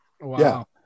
Wow